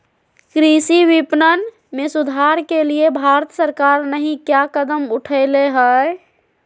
कृषि विपणन में सुधार के लिए भारत सरकार नहीं क्या कदम उठैले हैय?